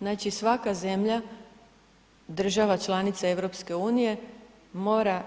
Znači, svaka zemlja država članica EU, mora